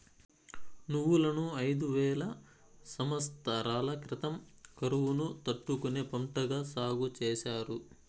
నువ్వులను ఐదు వేల సమత్సరాల క్రితం కరువును తట్టుకునే పంటగా సాగు చేసారు